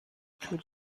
طول